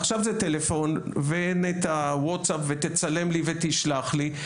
עכשיו זה טלפון ותצלם לי ותשלח לי,